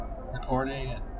recording